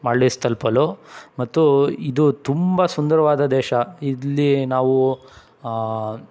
ಮಾಲ್ಡೀವ್ಸ್ ತಲುಪಲು ಮತ್ತು ಇದು ತುಂಬ ಸುಂದರವಾದ ದೇಶ ಇಲ್ಲಿ ನಾವು